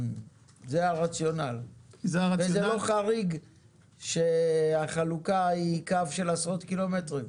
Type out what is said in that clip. וזה לא חריג שהחלוקה היא קו של עשרות קילומטרים?